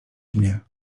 mnie